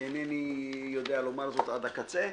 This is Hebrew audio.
כי אינני יודע לומר זאת עד הקצה.